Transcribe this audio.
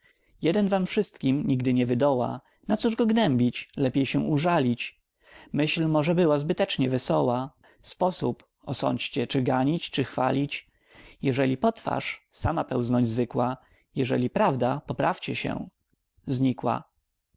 jeden wam wszystkim nigdy nie wydoła nacóż go gnębić lepiej się użalić myśl może była zbytecznie wesoła sposób osądźcie czy ganić czy chwalić jeżeli potwarz sama pełznąć zwykła jeżeli prawda poprawcie się znikła